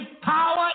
power